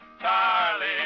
Charlie